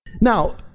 Now